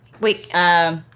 Wait